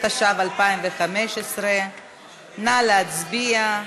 התשע"ו 2015. נא להצביע.